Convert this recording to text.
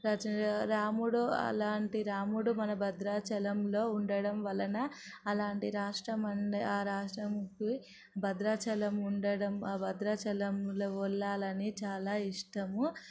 రచ రాముడు అలాంటి రాముడు మన భద్రాచలంలో ఉండడం వలన అలాంటి రాష్ట్రం మనది ఆ రాష్ట్రంకి భద్రాచలం ఉండడం ఆ భద్రాచలంలో వెళ్లాలని చాలా ఇష్టము